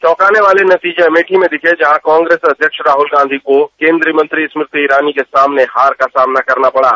चौंकाने वाले नतीजे अमेठी में दिखे जहां कांग्रेस अध्याक्ष राहुल गांधी को केन्द्रीय मंत्री स्मृति इरानी के सामने हार का सामना करना पड़ा